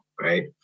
right